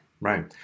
Right